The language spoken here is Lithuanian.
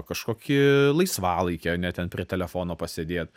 kažkokį laisvalaikį ane ten prie telefono pasėdėt